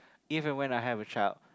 if and when I have a child